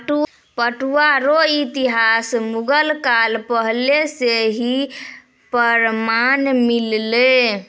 पटुआ रो इतिहास मुगल काल पहले से ही प्रमान मिललै